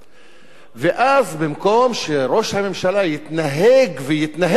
ואז, במקום שראש הממשלה יתנהג ויתנהל כראש ממשלה,